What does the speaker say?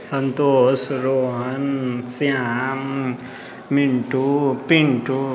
Santosh Rohan Shyam Mintu Pintu